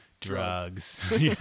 drugs